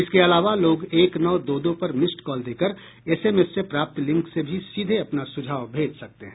इसके अलावा लोग एक नौ दो दो पर मिस्ड कॉल दे कर एसएमएस से प्राप्त लिंक से भी सीधे अपने सुझाव भेज सकते हैं